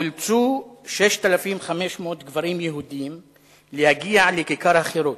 אולצו 6,500 גברים יהודים להגיע לכיכר החירות,